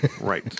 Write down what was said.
Right